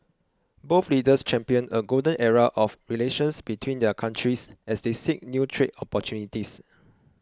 both leaders championed a golden era of relations between their countries as they seek new trade opportunities